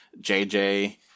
JJ